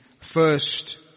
first